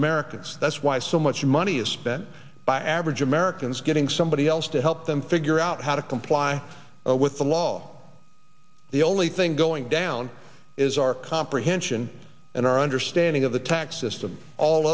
americans that's why so much money is spent by average americans getting somebody else to help them figure out how to comply with the law the only thing going down is our comprehension and our understanding of the tax system all